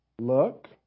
look